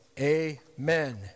amen